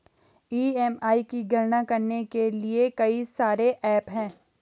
EMI की गणना करने के लिए कई सारे एप्प हैं